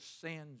sins